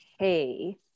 okay